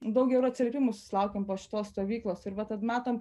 daug gerų atsiliepimų sulaukėm po šitos stovyklos ir vat tad matom